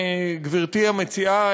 גברתי המציעה,